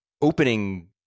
opening